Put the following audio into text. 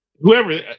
whoever